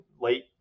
late